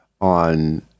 on